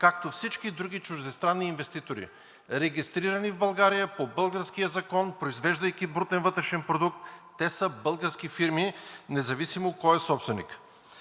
както всички други чуждестранни инвеститори, регистрирани в България по българския закон, произвеждайки брутен вътрешен продукт, те са български фирми, независимо кой е собственикът.